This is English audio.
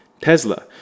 Tesla